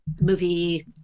movie